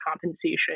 compensation